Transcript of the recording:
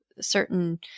certain